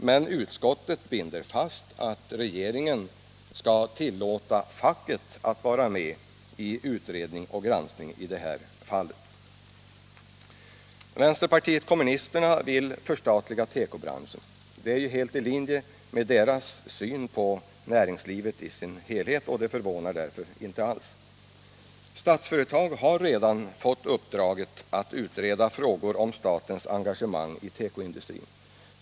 Men utskottet slår fast att regeringen skall ha med facket i utredning och granskning i det här fallet. Vänsterpartiet kommunisterna vill förstatliga tekobranschen. Det är helt i linje med kommunisternas syn på näringslivet i sin helhet och förvånar därför inte alls. Statsföretag har redan fått uppdraget att utreda frågor om statens engagemang i tekoindustrin.